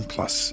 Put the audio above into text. Plus